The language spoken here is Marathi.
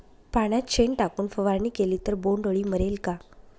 पाण्यात शेण टाकून फवारणी केली तर बोंडअळी मरेल का?